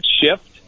shift